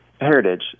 heritage